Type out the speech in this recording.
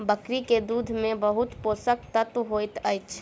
बकरी के दूध में बहुत पोषक तत्व होइत अछि